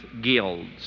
guilds